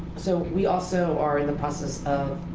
so we also are in the process of